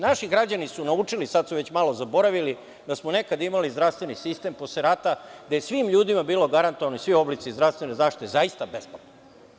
Naši građani su naučili, sada su već malo zaboravili, da smo nekada imali zdravstveni sistem posle rata, gde su svim ljudima bili zagarantovani svi oblici zdravstvene zaštite, zaista besplatno.